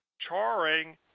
Charring